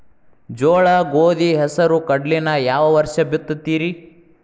ಜೋಳ, ಗೋಧಿ, ಹೆಸರು, ಕಡ್ಲಿನ ಯಾವ ವರ್ಷ ಬಿತ್ತತಿರಿ?